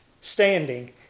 standing